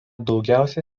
daugiausia